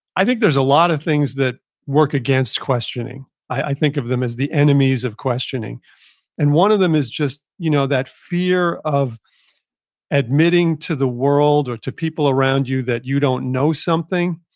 i think there's a lot of things that work against questioning. i think of them as the enemies of questioning and one of them is you know that fear of admitting to the world or to people around you that you don't know something.